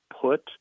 put